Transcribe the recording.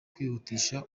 kwihutisha